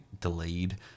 delayed